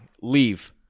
Leave